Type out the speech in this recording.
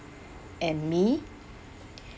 and me